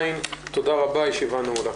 אין הבקשה להארכת צו הסכמים קיבוציים (הארכת